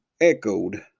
echoed